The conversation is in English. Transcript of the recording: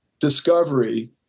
discovery